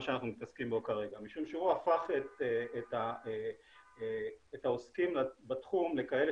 שאנחנו מתעסקים בו כרגע משום שהוא הפך את העוסקים בתחום לכאלה